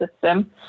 system